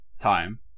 time